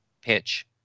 Pitch